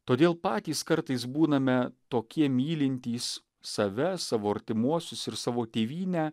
todėl patys kartais būname tokie mylintys save savo artimuosius ir savo tėvynę